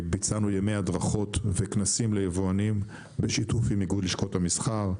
ביצענו ימי הדרכות וכנסים ליבואנים בשיתוף עם איגוד לשכות המסחר.